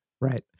Right